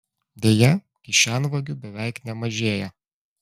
deja kišenvagių beveik nemažėja